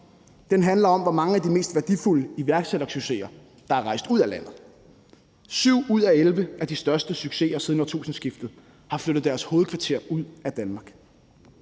den handler om, hvor mange af de mest værdifulde iværksættersucceser der er rejst ud af landet. 7 ud af 11 af de største succeser siden årtusindskiftet har flyttet deres hovedkvarter ud af Danmark.